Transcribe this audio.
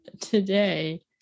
today